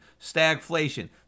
stagflation